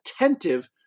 attentive